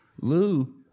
Lou